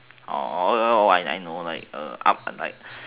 I know like up and right